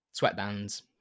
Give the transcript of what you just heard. sweatbands